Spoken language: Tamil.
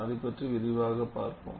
அதைப் பற்றி விரிவாகப் பார்ப்போம்